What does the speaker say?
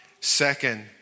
second